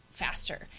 Faster